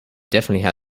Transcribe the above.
definitely